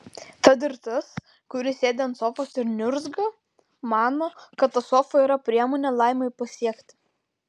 tad ir tas kuris sėdi ant sofos ir niurzga mano kad ta sofa yra priemonė laimei pasiekti